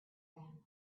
ran